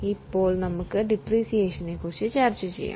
ഇപ്പോൾ നമ്മൾ ഡിപ്രീസിയേഷനെ കുറിച്ച് നോക്കാം